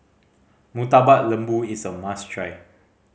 Murtabak Lembu is a must try